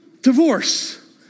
Divorce